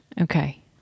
Okay